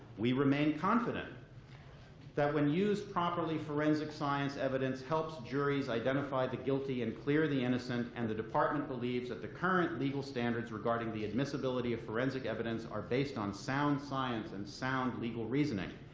we remain confident that when used properly, forensic science evidence helps juries identify the guilty and clear the innocent. and the department believes that the current legal standards regarding the admissibility of forensic evidence are based on sound science and sound legal reasoning.